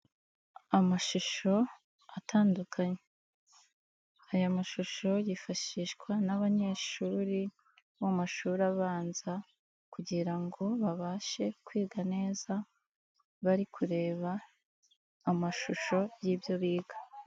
Amashusho atandukanye, aya mashusho yifashishwa n'abanyeshuri mu mashuri abanza kugira ngo babashe kwiga neza bari kureba amashusho y'ibyo biga.